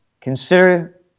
Consider